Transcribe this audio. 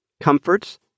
comforts